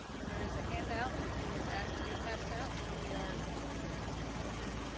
and there is a handout that he has asked to be passed out so we are making,